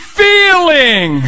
feeling